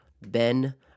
Ben